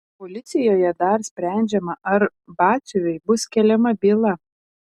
policijoje dar sprendžiama ar batsiuviui bus keliama byla